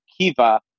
Kiva